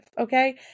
okay